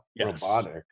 robotic